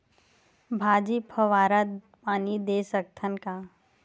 भाजी फवारा पानी दे सकथन का?